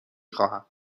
خواهم